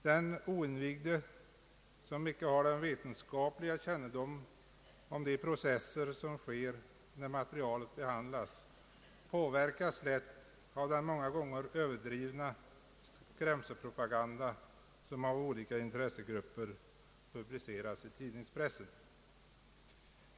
Den oinvigde, som inte har vetenskaplig kännedom om de processer som sker när materialet behandlas, påverkas lätt av den många gånger överdrivna skrämselpropaganda som olika intressegrupper publicerar i tidningspressen.